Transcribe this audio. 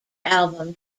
album